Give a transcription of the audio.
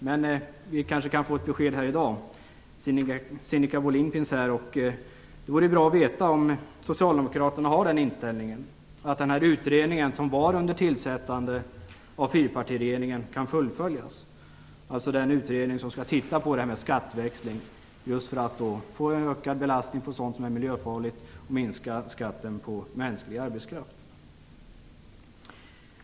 Men vi kan kanske få ett besked här i dag. Sinikka Bohlin finns ju här. Det vore bra att få veta om Socialdemokraterna har den inställningen att den utredning som fyrpartiregeringen tillsatte kan fullföljas. Det gäller den utredning som skall titta på detta med skatteväxling för att få en ökad belastning på sådant som är miljöfarligt och minska skatten på mänsklig arbetskraft.